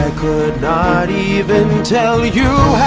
ah could not even tell you